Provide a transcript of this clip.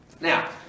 Now